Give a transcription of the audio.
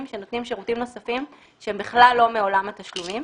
שנותנים שירותים נוספים שהם בכלל לא מעולם התשלומים.